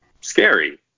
scary